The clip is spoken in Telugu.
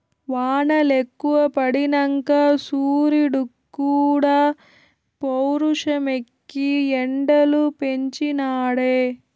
వానలెక్కువ పడినంక సూరీడుక్కూడా పౌరుషమెక్కి ఎండలు పెంచి నాడే